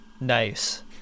nice